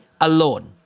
Alone